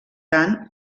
tant